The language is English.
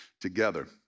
together